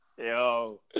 Yo